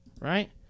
Right